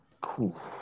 Cool